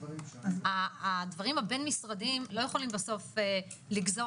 הדברים הבין-משרדיים לא יכולים בסוף לגזור